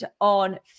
on